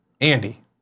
Andy